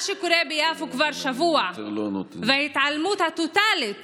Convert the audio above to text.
מה שקורה ביפו כבר שבוע, וההתעלמות הטוטלית